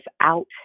out